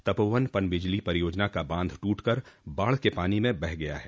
तपोवन पनबिजली परियोजना का बांध टूटकर बाढ़ के पानी में बह गया है